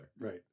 Right